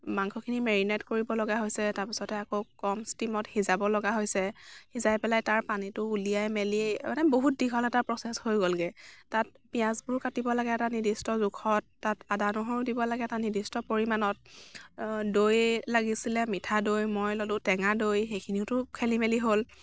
মাংসখিনি মেৰিনেট কৰিব লগা হৈছে তাৰ পিছতে আকৌ কম ষ্টীমত সিজাব লগা হৈছে সিজাই পেলাই তাৰ পানীটো উলিয়াই মেলি মানে বহুত দীঘল এটা প্ৰচেচ হৈ গ'লগৈ তাত পিঁয়াজবোৰ কাটিব লাগে এটা নিৰ্দিষ্ট জোখত তাত আদা নহৰু দিব লাগে এটা নিৰ্দিষ্ট পৰিমাণত দৈ লাগিছিলে মিঠা দৈ মই ল'লোঁ টেঙা দৈ সেইখিনিওতো খেলিমেলি হ'ল